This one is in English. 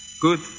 Good